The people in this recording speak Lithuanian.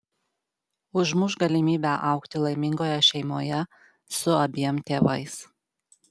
užmuš galimybę augti laimingoje šeimoje su abiem tėvais